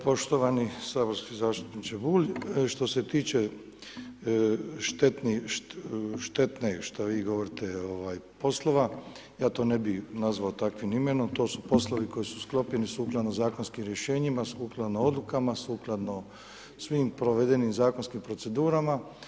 Poštovani saborski zastupniče Bulj, što se tiče štetnih poslova, ja to ne bi nazvao takvim imenom, to su poslovi koji su sklopljeni sukladno zakonskim rješenjima, sukladno odlukama, sukladno svim provedenim zakonskim procedurama.